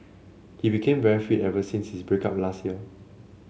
he became very fit ever since his break up last year